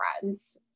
friends